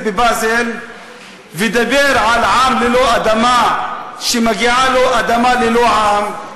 בבאזל ודיבר על עם ללא אדמה שמגיעה לו אדמה ללא עם.